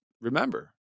remember